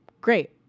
Great